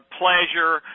pleasure